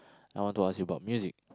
I want to ask you about music